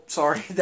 sorry